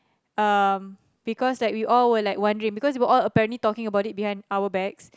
um because like we all were like wondering because you were all apparently talking about it behind our backs